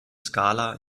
skala